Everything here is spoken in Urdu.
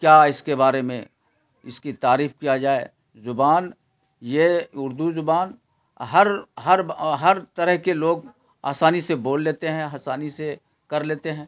کیا اس کے بارے میں اس کی تعریف کیا جائے زبان یہ اردو زبان ہر ہر ہر طرح کے لوگ آسانی سے بول لیتے ہیں آسانی سے کر لیتے ہیں